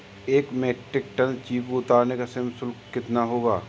एक metric ton चीकू उतारने का श्रम शुल्क कितना होगा?